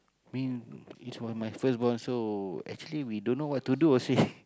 mean it was my first born so actually we don't know what to do also